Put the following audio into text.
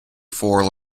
four